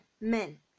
men